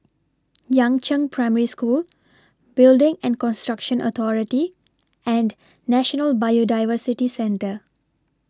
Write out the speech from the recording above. Yangzheng Primary School Building and Construction Authority and National Biodiversity Centre